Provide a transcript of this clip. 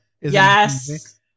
Yes